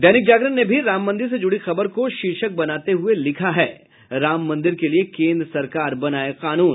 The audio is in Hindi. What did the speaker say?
दैनिक जागरण ने भी राम मंदिर से जुड़ी खबर को शीर्षक बनाते हुये लिखा है राम मंदिर के लिए केन्द्र सरकार बनाये कानून